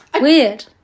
Weird